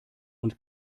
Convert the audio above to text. und